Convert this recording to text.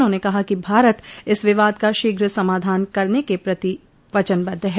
उन्होंने कहा कि भारत इस विवाद का शीघ्र समाधान करने के प्रति वचनबद्ध है